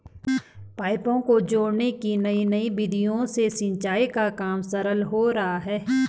पाइपों को जोड़ने की नयी नयी विधियों से सिंचाई का काम सरल हो गया है